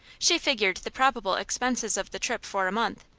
she figured the probable expenses of the trip for a month,